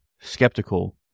skeptical